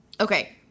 Okay